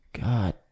God